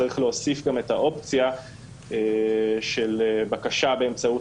צריך להוסיף גם את האופציה של בקשה באמצעות